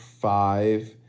five